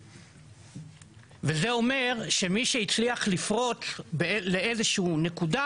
וזה אומר שמי שהצליח לפרוץ לאיזושהי נקודה,